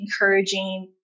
encouraging